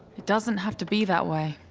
it doesn't have to be that way.